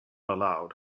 allowed